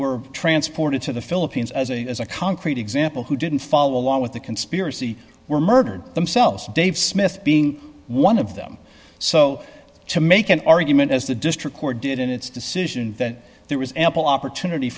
were transported to the philippines as a as a concrete example who didn't follow along with the conspiracy were murdered themselves dave smith being one of them so to make an argument as the district court did in its decision that there was ample opportunity